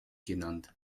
genannt